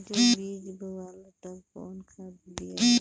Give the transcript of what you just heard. जब बीज बोवाला तब कौन खाद दियाई?